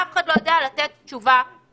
אף אחד לא יודע לתת תשובה אמיתית.